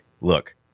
look